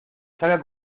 salga